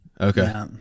Okay